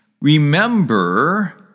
Remember